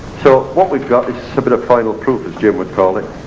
so what we've got is a bit of final proof as jim would call it.